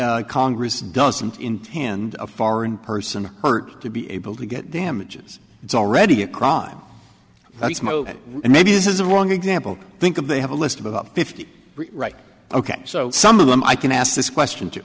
congress doesn't intend a foreign person hurt to be able to get damages it's already a crime and maybe this is a wrong example think of they have a list of about fifty right ok so some of them i can ask this question to